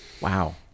Wow